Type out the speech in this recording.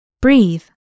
Breathe